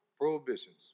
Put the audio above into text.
prohibitions